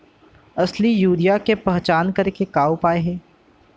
असली यूरिया के पहचान करे के का उपाय हे?